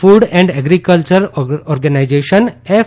food and agriculture organization F